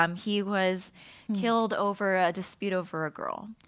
um he was killed over a dispute over a girl.